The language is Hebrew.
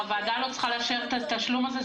הוועדה לא צריכה לאשר את התשלום הזה,